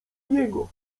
niego